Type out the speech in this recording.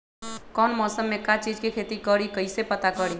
कौन मौसम में का चीज़ के खेती करी कईसे पता करी?